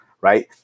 right